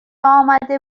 آمده